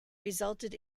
resulted